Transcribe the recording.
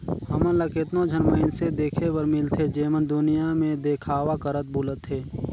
हमन ल केतनो झन मइनसे देखे बर मिलथें जेमन दुनियां में देखावा करत बुलथें